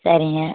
சரிங்க